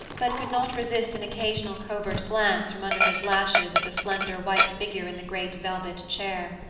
but could not resist an occasional covert glance from under his lashes at the slender white figure in the great velvet chair.